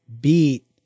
beat